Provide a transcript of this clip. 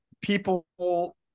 People –